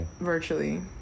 virtually